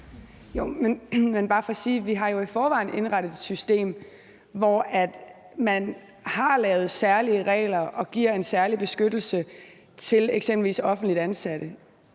vi jo i forvejen har indrettet et system, hvor man har lavet særlige regler og giver en særlig beskyttelse til eksempelvis offentligt ansatte.